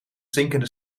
zinkende